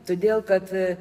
todėl kad